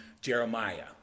Jeremiah